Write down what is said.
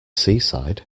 seaside